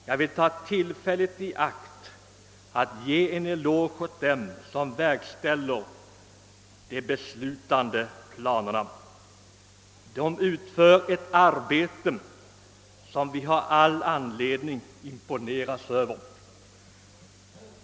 Jag vill ta tillfället i akt för att ge en eloge åt dem som verkställer de beslutade planerna. De utför ett arbete som vi har all anledning att imponeras av.